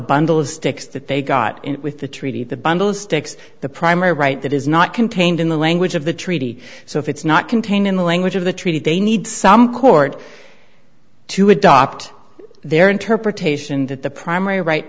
bundle of stick that they got in with the treaty the bundle of sticks the primary right that is not contained in the language of the treaty so if it's not contained in the language of the treaty they need some court to adopt their interpretation that the primary right